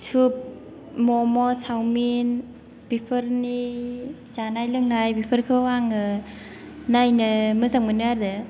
सुफ मम' चावमिन बेफोरनि जानाय लोंनाय बेफोरखौ आङो नायनो मोजां मोनो आरो